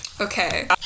Okay